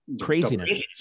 craziness